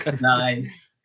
Nice